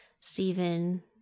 Stephen